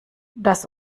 dass